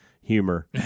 humor